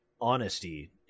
honesty